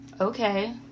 okay